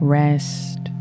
rest